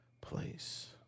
place